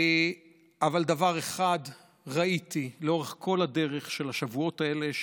אבל דבר אחד ראיתי לאורך כל הדרך של בשבועות האלה,